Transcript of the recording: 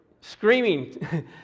screaming